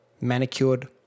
manicured